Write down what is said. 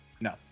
no